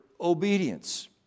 obedience